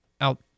out